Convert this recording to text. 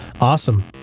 Awesome